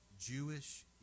Jewish